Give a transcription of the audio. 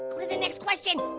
go to the next question.